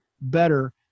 better